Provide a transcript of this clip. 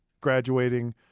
graduating